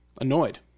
annoyed